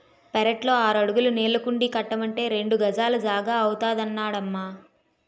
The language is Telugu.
పెరట్లో ఆరడుగుల నీళ్ళకుండీ కట్టమంటే రెండు గజాల జాగా అవుతాదన్నడమ్మా